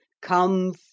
COME